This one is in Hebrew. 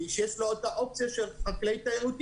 תיירותי שיש לו האופציה של חקלאי תיירותי,